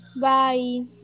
bye